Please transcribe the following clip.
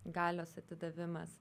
galios atidavimas